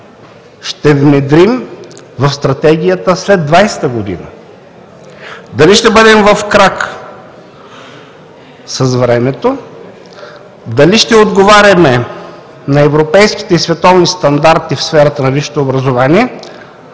ще внедрим в Стратегията след 2020 г. – дали ще бъдем в крак с времето, дали ще отговаряме на европейските и световни стандарти в сферата на висшето образование,